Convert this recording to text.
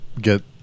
get